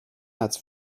als